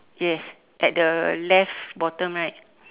yes at the left bottom right